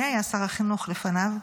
מי היה שר החינוך לפניו?